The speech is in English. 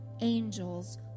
angels